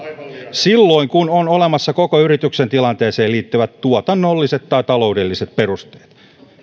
silloin kun on olemassa koko yrityksen tilanteeseen liittyvät tuotannolliset tai taloudelliset perusteet mutta